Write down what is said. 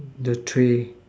the tray